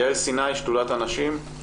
יעל סיני, שדולת הנשים.